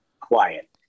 quiet